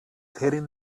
hidden